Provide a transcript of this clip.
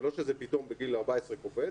זה לא שפתאום בגיל 14 זה קופץ